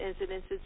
incidents